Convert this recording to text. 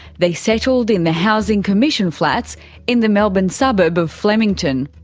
they settled in the housing commission flats in the melbourne suburb of flemington.